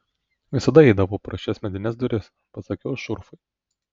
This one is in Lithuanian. visada įeidavau pro šias medines duris pasakiau šurfui